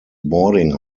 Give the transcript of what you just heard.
boarding